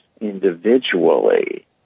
individually